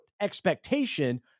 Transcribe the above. expectation